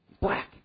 Black